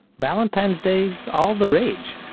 valentine's day's all the rage.